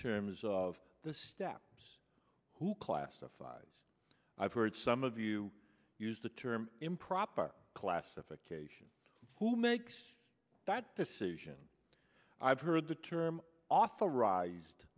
terms of the steps who classifieds i've heard some of you use the term improper classification who makes that decision i've heard the term authorized